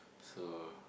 so